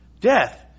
Death